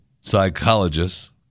psychologists